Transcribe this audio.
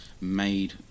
made